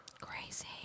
Crazy